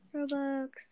Robux